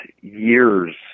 years